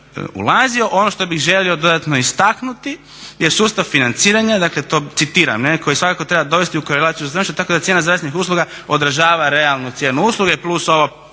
Ono što bih želio dodatno istaknuti je sustav financiranja. Dakle, to citiram, koji svakako treba dovesti u korelaciju s … tako da je cijena zdravstvenih usluga održava realnu cijenu usluge plus ovo